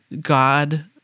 God